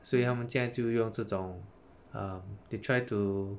所以他们现在就用这种 um they try to